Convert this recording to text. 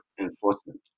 enforcement